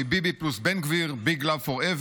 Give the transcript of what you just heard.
ומביבי, בן גביר = big love forever,